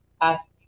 ask